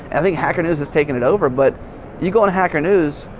i think hacker news has taken it over but you go on hacker news,